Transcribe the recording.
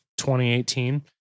2018